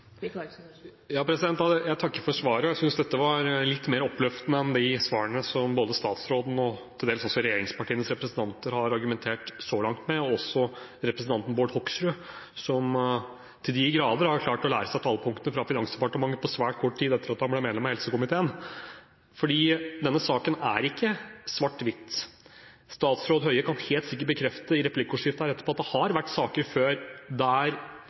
Jeg takker for svaret, og jeg synes dette var litt mer oppløftende enn de svarene som både statsråden og til dels også regjeringspartienes representanter har argumentert med så langt, og også representanten Bård Hoksrud, som til de grader har klart å lære seg talepunktene fra Finansdepartementet på svært kort tid, etter at han ble medlem av helsekomiteen. For denne saken er ikke svart-hvitt. Statsråd Høie kan helt sikkert bekrefte i replikkordskiftet her etterpå at det har vært saker før der